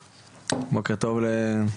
בוקר טוב לכולם,